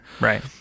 Right